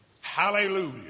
Hallelujah